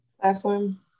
platform